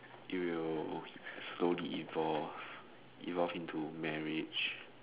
you will okay slowly evolve evolve into marriage